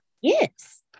Yes